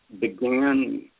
began